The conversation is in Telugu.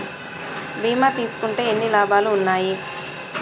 బీమా తీసుకుంటే ఎన్ని లాభాలు ఉన్నాయి?